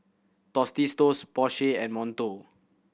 Tostitos Porsche and Monto